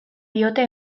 diote